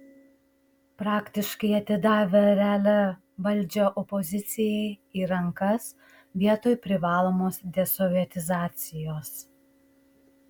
praktiškai atidavę realią valdžią opozicijai į rankas vietoj privalomos desovietizacijos